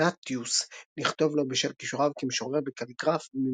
אגנאטיוס לכתוב לו בשל כישוריו כמשורר וקליגרף,